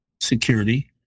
security